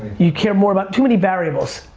you care more about, too many variables.